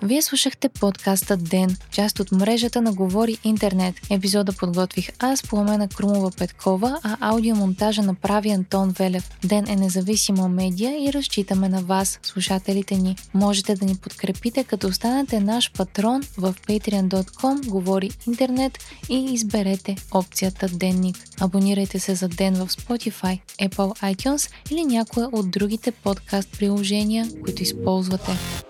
Вие слушахте подкаста «Ден», част от мрежата на Говори Интернет. Епизода подготвих аз, Пламена Крумова Петкова, а аудиомонтажа направи Антон Велев. «Ден» е независима медия и разчитаме на вас, слушателите ни. Можете да ни подкрепите, като станете наш патрон в patreon.com, говори интернет и изберете опцията «Денник». Абонирайте се за «Ден» в Spotify, Apple iTunes или някое от другите подкаст-приложения, които използвате.